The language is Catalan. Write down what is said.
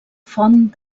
font